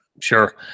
Sure